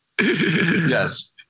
Yes